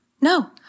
no